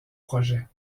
projets